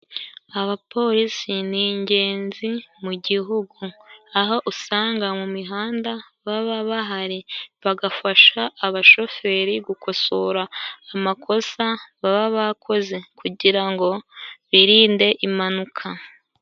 Abapolisi n'ingenzi mu gihugu aho usanga mu mihanda, baba bahari bagafasha abashoferi gukosora amakosa, baba bakoze kugira ngo birinde impanuka.